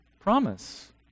promise